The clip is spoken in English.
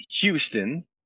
Houston